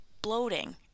Bloating